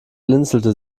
blinzelte